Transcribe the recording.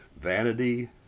vanity